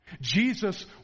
Jesus